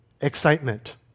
excitement